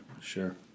Sure